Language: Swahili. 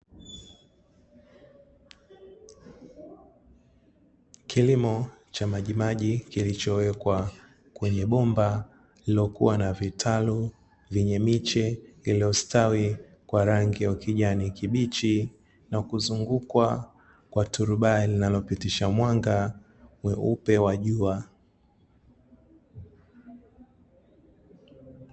Kilimo cha majimaji kilichowekwa kwenye bomba, lililokuwa na vitalu vyenye miche iliyostawi kwa rangi ya kijani kibichi, na kuzungukwa kwa turubai linalopitisha mwanga mweupe wa jua.